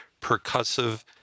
Percussive